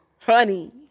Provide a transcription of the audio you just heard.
honey